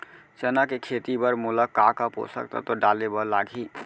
चना के खेती बर मोला का का पोसक तत्व डाले बर लागही?